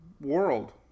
world